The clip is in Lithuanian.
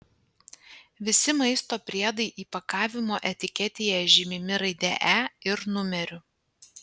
visi maisto priedai įpakavimo etiketėje žymimi raide e ir numeriu